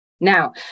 Now